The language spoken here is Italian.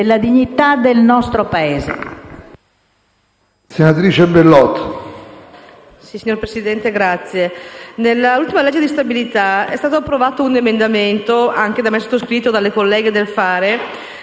della dignità del nostro Paese.